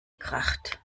kracht